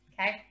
okay